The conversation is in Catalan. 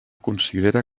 considera